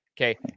okay